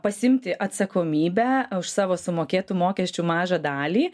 pasiimti atsakomybę už savo sumokėtų mokesčių mažą dalį